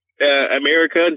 America